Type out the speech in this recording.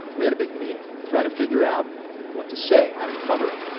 we had a big meeting. trying to figure out what to say, how to cover it.